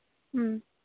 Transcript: ꯎꯝ